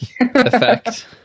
effect